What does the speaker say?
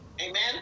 amen